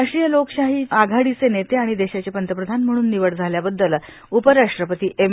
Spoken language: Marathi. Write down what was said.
राष्ट्रीय लोकशाही आघाडीचे नेते आणि देशाचे पंतप्रधान म्हणून निवड झाल्याबद्दल उपराष्ट्रपती एम